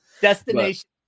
Destination